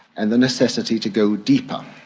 and the necessity to go deeper.